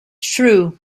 true